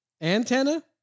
Antenna